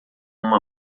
uma